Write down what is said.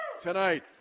tonight